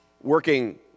working